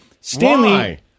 Stanley